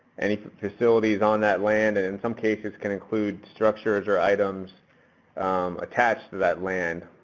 any facilities on that land and in some cases can include structures or items attached to that land.